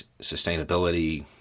sustainability